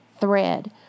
thread